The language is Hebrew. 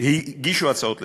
הגישו הצעות לסדר-היום,